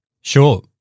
Sure